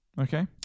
Okay